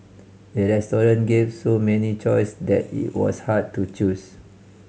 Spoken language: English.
the restaurant gave so many choice that it was hard to choose